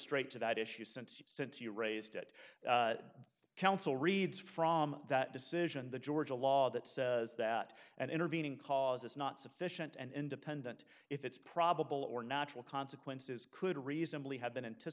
straight to that issue since you since you raised it counsel reads from that decision the georgia law that says that an intervening cause is not sufficient and independent if it's probable or natural consequences could reasonably have been ant